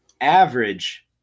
average –